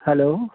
hello